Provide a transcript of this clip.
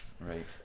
right